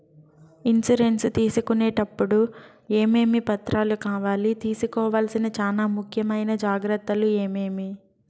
Insurance తీసుకునేటప్పుడు టప్పుడు ఏమేమి పత్రాలు కావాలి? తీసుకోవాల్సిన చానా ముఖ్యమైన జాగ్రత్తలు ఏమేమి?